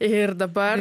ir dabar